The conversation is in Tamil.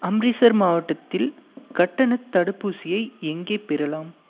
அம்ரிஸ்சர் மாவட்டத்தில் கட்டணத் தடுப்பூசியை எங்கே பெறலாம்